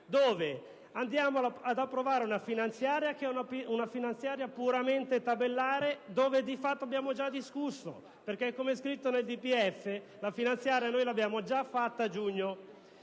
dove andiamo ad approvare una finanziaria che è puramente tabellare, dove di fatto abbiamo già discusso perché, come è scritto nella DFP, la finanziaria l'abbiamo già fatta a giugno.